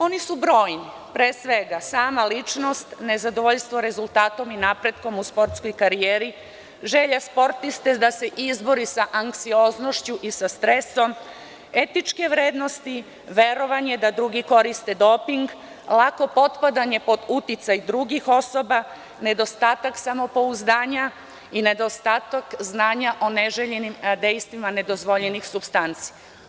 Oni su brojni, pre svega, sama ličnost, nezadovoljstvo rezultatom i napretkom u sportskoj karijeri, želja sportiste da se izbori sa anksioznošću i sa stresom, etičke vrednosti, verovanje da drugi koriste doping, lako potpadanje pod uticaj drugih osoba, nedostatak samopouzdanja i nedostatak znanja o dejstvima nedozvoljenih supstanci.